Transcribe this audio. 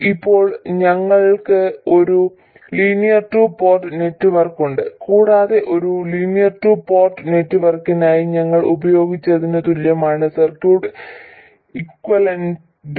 ഇപ്പോൾ ഞങ്ങൾക്ക് ഒരു ലീനിയർ ടു പോർട്ട് നെറ്റ്വർക്കുണ്ട് കൂടാതെ ഒരു ലീനിയർ ടു പോർട്ട് നെറ്റ്വർക്കിനായി ഞങ്ങൾ ഉപയോഗിച്ചതിന് തുല്യമാണ് സർക്യൂട്ട് ഇക്വലന്റും